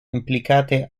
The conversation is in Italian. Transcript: implicate